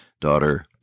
daughter